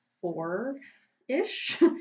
four-ish